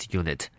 unit